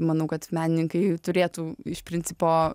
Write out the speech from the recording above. manau kad menininkai turėtų iš principo